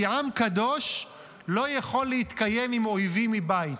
כי עם קדוש לא יכול להתקיים עם אויבים מבית,